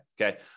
okay